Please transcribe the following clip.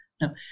No